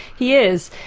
he is.